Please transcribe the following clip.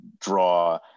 draw